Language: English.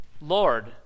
Lord